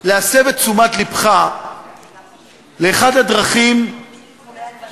להסב את תשומת לבך לאחת הדרכים הקלות